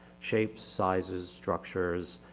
shapes, sizes, structures,